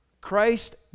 christ